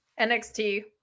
NXT